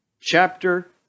chapter